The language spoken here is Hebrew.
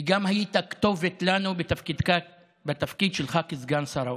וגם היית בשבילנו כתובת בתפקיד שלך כסגן שר האוצר.